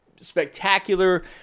spectacular